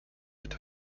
wird